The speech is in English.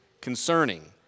concerning